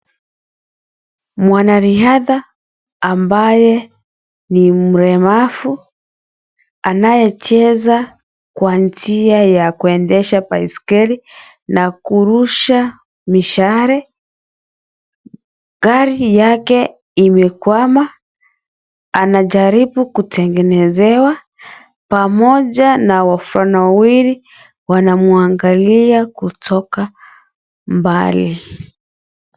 Mwanariadha, ambaye ni mlemavu, anayecheza kwa njia ya kuendesha baiskeli na kurusha mishale. Gari yake imekwama. Anajaribu kutengenezewa, pamoja na wavulana wawili wanamwangalia kutoka mbali.